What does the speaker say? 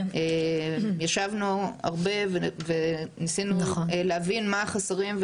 ישבנו הרבה וניסינו להבין מה החסרים.